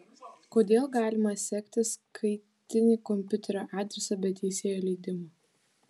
kodėl galima sekti skaitinį komopiuterio adresą be teisėjo leidimo